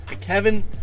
Kevin